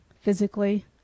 physically